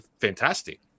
fantastic